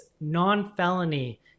non-felony